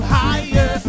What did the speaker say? higher